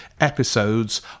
episodes